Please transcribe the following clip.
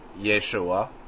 Yeshua